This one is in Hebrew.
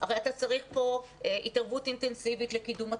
אתה צריך פה התערבות אינטנסיבית לקידום התלמידים,